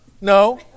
No